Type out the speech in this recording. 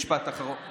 משפט אחרון,